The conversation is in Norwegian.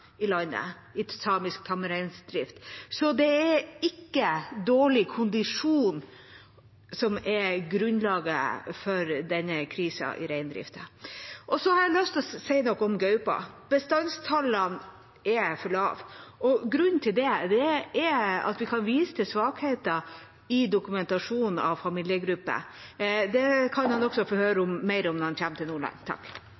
Så det er ikke dårlig kondisjon som er grunnlaget for denne krisen i reindriften. Jeg har lyst å si noe om gaupa: Bestandstallene er for lave. Vi kan vise til svakheter i dokumentasjonen av familiegrupper. Det kan statsråden få høre